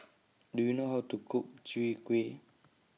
Do YOU know How to Cook Chwee Kueh